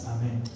Amen